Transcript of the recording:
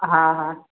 हा हा